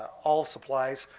all supplies.